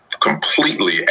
completely